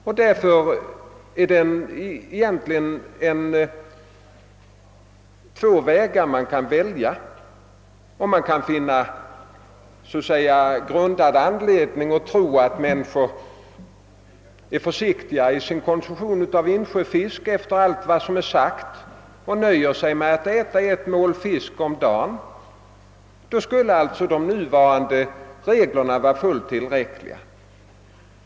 Om man har grundad anledning att tro att människor efter allt som sagts om kvicksilverhalten är försiktiga i sin konsumtion av insjöfisk och nöjer sig med att äta ett mål fisk i veckan är de nuvarande reglerna således tillräckliga.